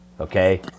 okay